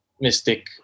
mystic